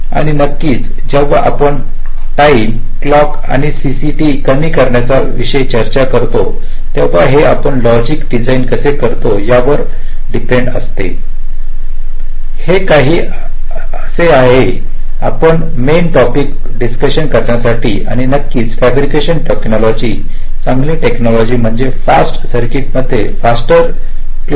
आणि नक्कीच जेव्हा आपण टाईम क्लॉक किंवा सीसीटी कमी करण्या विषयी चर्चा करता तेव्हा ते आपण लॉजिक डीजाइन कसे करतो यावर डिपेन्ड असते हे काही आहे ते आपले मेन टॉपिक आहे डिस्कशन करण्यासाठी आणि नक्कीच फॅब्रिकेशन टेक्नॉलॉजी चांगली टेक्नॉलॉजी म्हणजे फास्ट सर्किटम्हणजे फास्टर क्लॉक